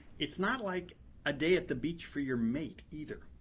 it's not like a day at the beach for your mate either,